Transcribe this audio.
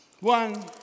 One